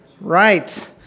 Right